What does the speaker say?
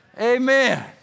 Amen